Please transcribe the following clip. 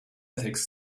ethics